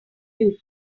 future